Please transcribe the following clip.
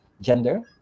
gender